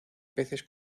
peces